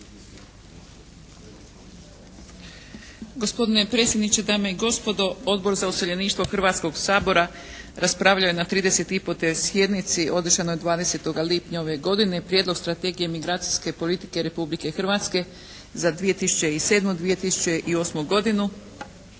Gospodine predsjedniče, dame i gospodo Odbor za useljeništvo Hrvatskog sabora raspravljao je na 35. sjednici održanoj 20. lipnja ove godine Prijedlog Strategije migracijske politike Republike Hrvatske za 2007.-2008. godinu